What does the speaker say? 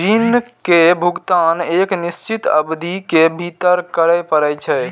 ऋण के भुगतान एक निश्चित अवधि के भीतर करय पड़ै छै